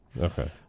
Okay